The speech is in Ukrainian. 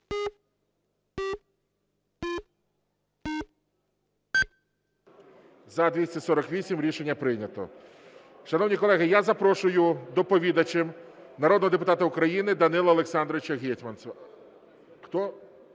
За-248 Рішення прийнято. Шановні колеги, я запрошую доповідача, народного депутата України Данила Олександровича Гетманцева.